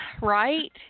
Right